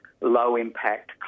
low-impact